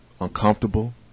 uncomfortable